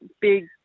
big